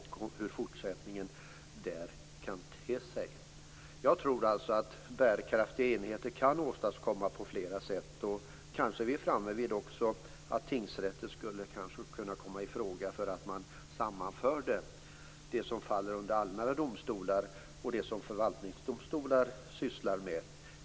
Hur kan fortsättningen på detta te sig? Jag tror att bärkraftiga enheter kan åstadkommas på flera sätt. Kanske är vi också framme vid att tingsrätter skulle kunna komma i fråga för att sammanföra det som faller under allmänna domstolar och det som förvaltningsdomstolar sysslar med.